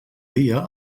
dia